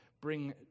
Bring